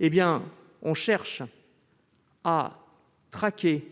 droit, on cherche à traquer